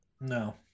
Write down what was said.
no